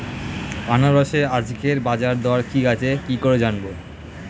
আনারসের আজকের বাজার দর কি আছে কি করে জানবো?